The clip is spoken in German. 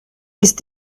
ist